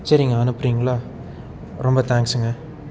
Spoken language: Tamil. சரிங்க அனுப்பறிங்களா ரொம்ப தேங்க்ஸுங்க